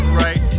right